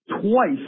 Twice